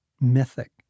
Mythic